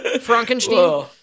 Frankenstein